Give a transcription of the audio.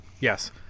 yes